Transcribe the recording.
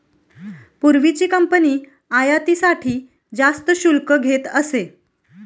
पूर्वीची कंपनी आयातीसाठी जास्त शुल्क घेत असे